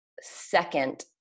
second